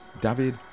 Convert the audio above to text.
David